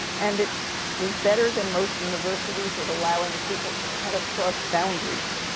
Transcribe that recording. and it was better than most universities and allowing people to cut across boundaries.